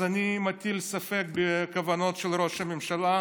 אז אני מטיל ספק בכוונות של ראש הממשלה,